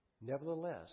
Nevertheless